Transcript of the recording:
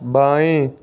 बाएँ